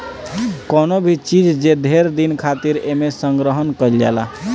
कवनो भी चीज जे ढेर दिन खातिर एमे संग्रहण कइल जाला